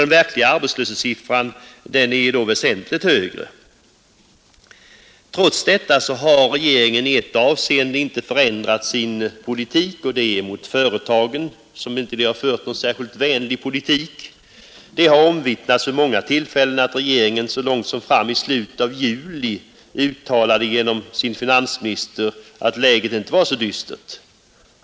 Den verkliga arbetslöshetssiffran är då väsentligt högre. Trots detta har regeringen i ett avseende inte förändrat sin politik — det är mot företagen, som regeringen inte har fört någon särskilt vänlig politik. Det har vid många tillfällen omvittnats att regeringen så långt fram som i slutet av juli genom sin finansminister uttalade att läget inte var så dystert.